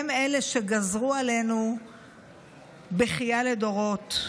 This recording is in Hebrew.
הם אלה שגזרו עלינו בכייה לדורות,